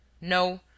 No